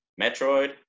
metroid